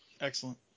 Excellent